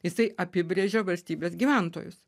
jisai apibrėžia valstybės gyventojus